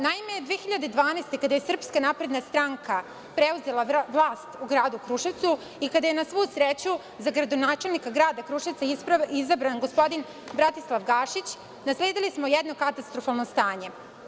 Naime, 2012. godine, kada je SNS preuzela vlast u Gradu Kruševcu i kada je na svu sreću za gradonačelnika Grada Kruševca izabran gospodin Bratislav Gašić, nasledili smo jedno katastrofalno stanje.